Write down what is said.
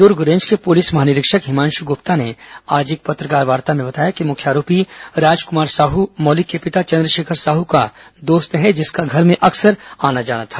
दुर्ग range के police महानिरीक्षक हिमांशु गुप्ता ने आज एक पत्रकारवार्ता में बताया कि मुख्य आरोपी राजक्मार साहू मौलिक के पिता चंद्रशेखर साहू का दोस्त है जिसका घर में अक्सर आना जाना था